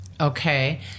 Okay